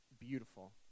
beautiful